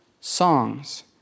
songs